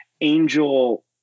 angel